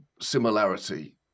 similarity